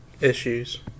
issues